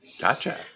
Gotcha